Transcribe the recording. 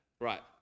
right